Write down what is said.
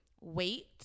wait